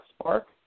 spark